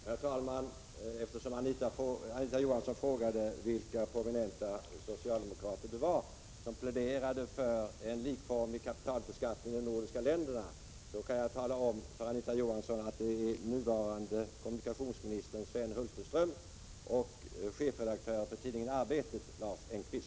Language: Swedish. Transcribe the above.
Herr talman! Eftersom Anita Johansson frågade vilka prominenta socialdemokrater det var som pläderade för en likformig kapitalbeskattning i de nordiska länderna, kan jag tala om att det är nuvarande kommunikationsministern Sven Hulterström och chefredaktören för tidningen Arbetet Lars